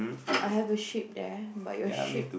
I have a sheep there but your sheep